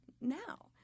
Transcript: now